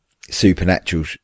supernatural